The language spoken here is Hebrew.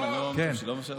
אני מסיים, לא מאפשרים